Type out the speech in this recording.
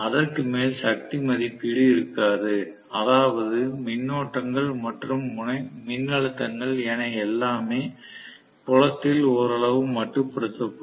அதற்கு மேல் சக்தி மதிப்பீடு இருக்காது அதாவது மின்னோட்டங்கள் மற்றும் மின்னழுத்தங்கள் என எல்லாமே புலத்தில் ஓரளவு மட்டுப்படுத்தப்படும்